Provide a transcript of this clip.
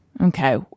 Okay